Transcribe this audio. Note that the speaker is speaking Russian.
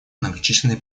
многочисленные